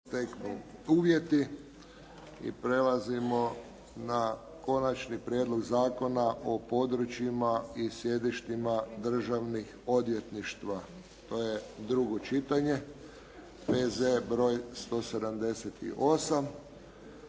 Josip (HSS)** I prelazimo na - Konačni prijedlog Zakona o područjima i sjedištima državnih odvjetništava, drugo čitanje, P.Z. br.178